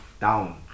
down